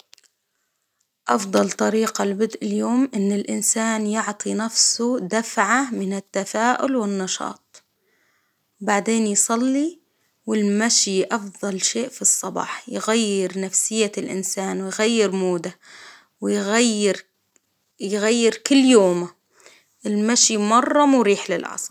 أفضل طريقة لبدء اليوم إن الإنسان يعطي نفسه دفعة من التفاؤل والنشاط، بعدين يصلي، والمشي أفضل شيء في الصباح، يغير نفسية الإنسان ويغير موده، ويغير يغير كل يومه، المشي مرة مريح للعصب.